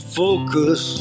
focus